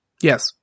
Yes